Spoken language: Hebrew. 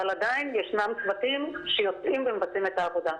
אבל עדיין ישנם צוותים שיוצאים ומבצעים את העבודה.